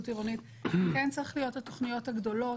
עירונית כן צריך להיות התוכניות הגדולות,